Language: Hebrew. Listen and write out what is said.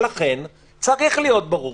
ולכן צריך להיות ברור